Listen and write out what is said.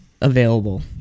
available